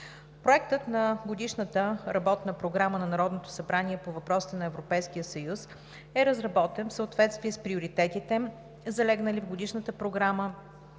Проектът на Годишна работна програма на Народното събрание по въпросите на Европейския съюз е разработен в съответствие с приоритетите, залегнали в Годишната програма